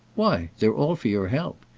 why they're all for your help!